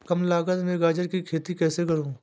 कम लागत में गाजर की खेती कैसे करूँ?